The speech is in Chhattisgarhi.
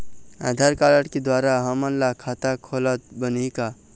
आधार कारड के द्वारा हमन ला खाता खोलत बनही का?